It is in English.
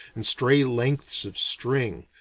and stray lengths of string,